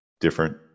Different